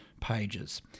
pages